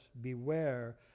beware